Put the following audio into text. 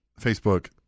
Facebook